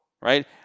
right